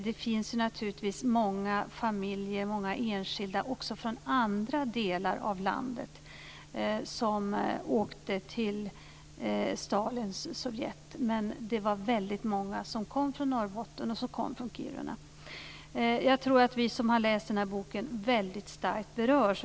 Det finns naturligtvis också många familjer och många enskilda från andra delar av landet som åkte till Stalins Sovjet, men det var väldigt många som kom från Norrbotten och Kiruna. Jag tror att vi som har läst den här boken berörs väldigt starkt.